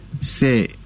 say